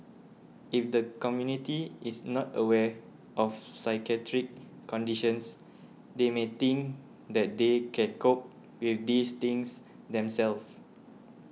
if the community is not aware of psychiatric conditions they may think that they can cope with these things themselves